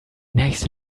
nächste